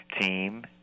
team